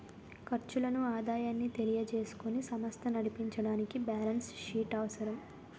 ఖర్చులను ఆదాయాన్ని తెలియజేసుకుని సమస్త నడిపించడానికి బ్యాలెన్స్ షీట్ అవసరం